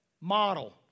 Model